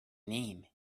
name